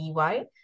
EY